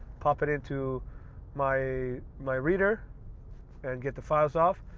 pop it into my my reader and get the files off,